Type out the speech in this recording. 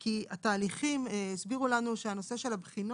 כי הסבירו לנו שיש בעיות בנושא של הבחינות.